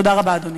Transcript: תודה רבה, אדוני.